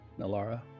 Nalara